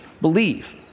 believe